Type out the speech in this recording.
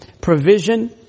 provision